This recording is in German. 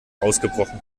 ausgebrochen